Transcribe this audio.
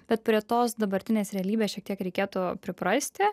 bet prie tos dabartinės realybės šiek tiek reikėtų priprasti